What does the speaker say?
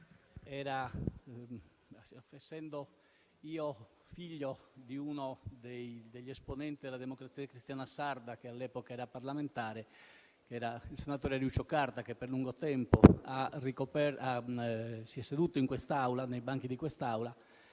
essendo io "figlio" di uno degli esponenti della Democrazia Cristiana sarda, che all'epoca era parlamentare, il senatore Ariuccio Carta, che per lungo tempo si è seduto nei banchi di quest'Aula,